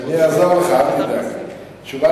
אז מה,